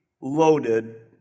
loaded